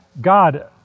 God